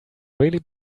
really